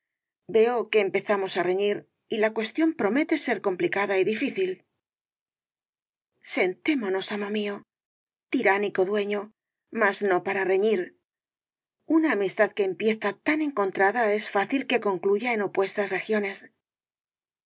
veo que empezamos á reñir y la cuestión promete ser complicada y difícil sentémonos amo mío tiránico dueño mas no para reñir una amistad que empieza tan encontrada es fácil que concluya en opuestas regiones